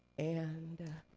and